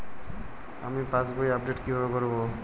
আমি পাসবই আপডেট কিভাবে করাব?